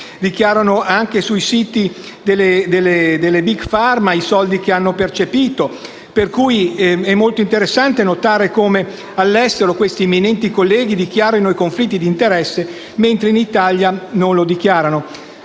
e, anche sui siti delle *big pharma*, i soldi che hanno percepito. È molto interessante notare come, all'estero, questi eminenti colleghi dichiarino conflitti di interesse, mentre in Italia non lo facciano.